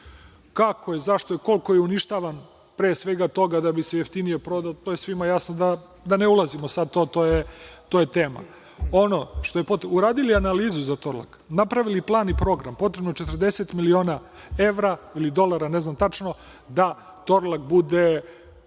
Kako je, zašto je, koliko je uništavan pre svega toga da bi se jeftinije prodao, to je svima jasno, da ne ulazimo sada u to, to nije tema. Uradili analizu za Torlak, napravili plan i program, potrebno je 40 miliona evra ili dolara, ne znam tačno, da Torlak bude